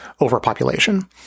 overpopulation